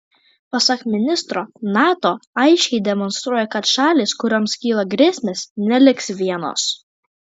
pasak ministro nato aiškiai demonstruoja kad šalys kurioms kyla grėsmės neliks vienos